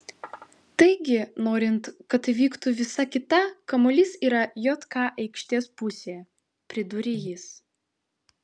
taigi norint kad įvyktų visa kita kamuolys yra jk aikštės pusėje pridūrė jis